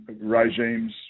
Regimes